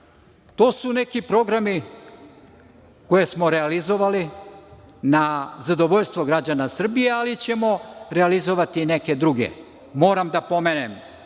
su neki programi koji smo realizovali na zadovoljstvo građana Srbije, ali ćemo realizovati i neke druge. Moram da pomenem